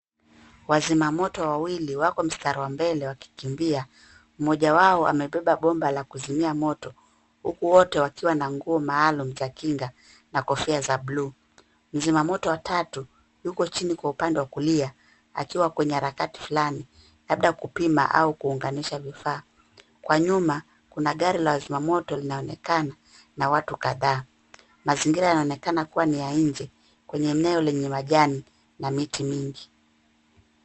Wazima moto wawili wako mstari wa mbele wakikimbia; mmoja wao amebeba bomba la kuzimia moto, huku wote wakiwa na nguo maalum za kinga na kofia za bluu. Mzima moto wa tatu, huko chini kwa upande wa kulia, akiwa kwenye harakati fulani labda kupima au kuunganisha vifaa. Kwa nyuma kuna gari la wazima moto linaonekana na watu kadhaa. Mazingira yanaonekana kuwa ni ya nje kwenye eneo lenye majani na miti mingi.